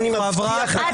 אני מבטיח לך,